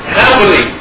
happily